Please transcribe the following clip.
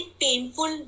painful